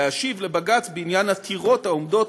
להשיב לבג"ץ בעניין עתירות העומדות